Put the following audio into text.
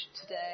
today